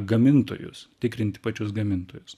gamintojus tikrint pačius gamintojus